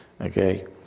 okay